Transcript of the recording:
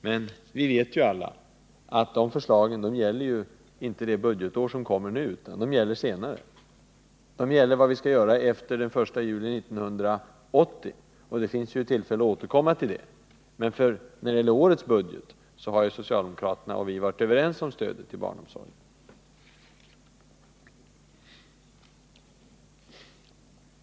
Men vi vet alla att de förslagen inte gäller det budgetår som kommer nu — det gäller vad vi skall göra efter den 1 juli 1980, och det blir tillfälle att återkomma till det. När det gäller nästa års budget har socialdemokraterna och vi varit överens om stödet till barnomsorgen.